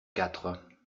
quatre